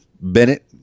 Bennett